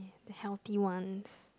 healthy ones